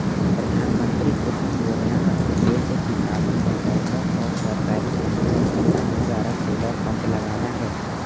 प्रधानमंत्री कुसुम योजना का उद्देश्य किसानों पंचायतों और सरकारी समितियों के समूह द्वारा सोलर पंप लगाना है